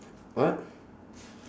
what